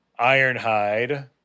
Ironhide